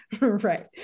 right